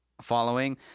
following